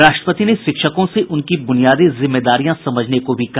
राष्ट्रपति ने शिक्षकों से उनकी ब्रनियादी जिम्मेदारियां समझने को भी कहा